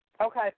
Okay